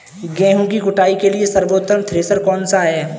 गेहूँ की कुटाई के लिए सर्वोत्तम थ्रेसर कौनसा है?